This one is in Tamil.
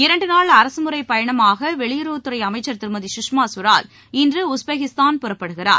இரண்டு நாள் அரசு முறைப் பயணமாக வெளியுறவுத்துறை அமைச்சர் திருமதி கஷ்மா ஸ்வராஜ் இன்று உஸ்பெகிஸ்தான் புறப்படுகிறார்